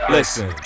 Listen